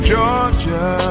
Georgia